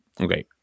Okay